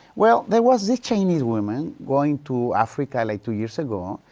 well, there was a chinese woman going to africa like two years ago,